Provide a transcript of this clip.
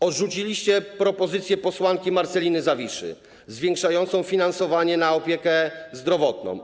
Odrzuciliście propozycję posłanki Marceliny Zawiszy zwiększającą finansowanie na opiekę zdrowotną.